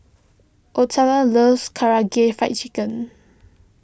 Otelia loves Karaage Fried Chicken